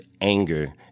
anger